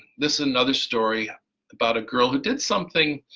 this is another story about a girl who did something.